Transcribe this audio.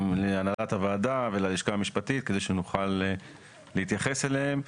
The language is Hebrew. להנהלת הוועדה וללשכה המשפטית כדי שנוכל להתייחס אליהן.